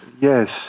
yes